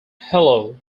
hello